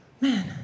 Man